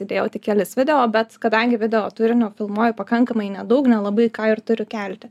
įdėjau tik kelis video bet kadangi video turinio filmuoju pakankamai nedaug nelabai ką ir turiu kelti